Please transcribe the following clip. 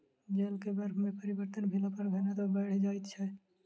जल के बर्फ में परिवर्तन भेला पर घनत्व बैढ़ जाइत छै